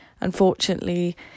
Unfortunately